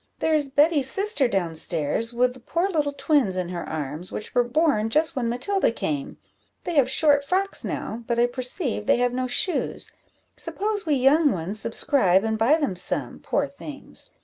there is betty's sister down stairs, with the poor little twins in her arms, which were born just when matilda came they have short frocks now, but i perceive they have no shoes suppose we young ones subscribe, and buy them some, poor things!